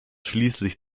schließlich